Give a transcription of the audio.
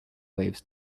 waves